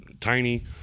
tiny